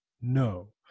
No